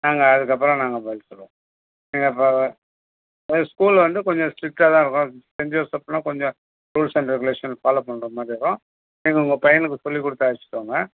நாங்கள் அதற்கப்பறம் நாங்கள் பதில் சொல்லுறோம் நீங்கள் அப்போ ஸ்கூல் வந்து கொஞ்சம் ஸ்ட்ரிக்டாக தான் இருக்கும் செண்ட் ஜோசப்னா கொஞ்சம் ரூல்ஸ் அண்ட் ரெகுலேஷன் ஃபாலோ பண்ணுற மாதிரி வரும் நீங்கள் உங்கள் பையனுக்குச் சொல்லிக் கொடுத்து அழைச்சிட்டு வாங்க